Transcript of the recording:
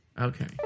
Okay